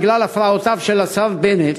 בגלל הפרעותיו של השר בנט,